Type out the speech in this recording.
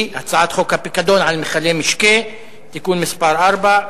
חוק הגנה על הציבור מפני עברייני מין (תיקון מס' 2)